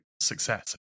success